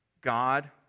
God